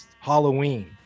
Halloween